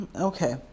Okay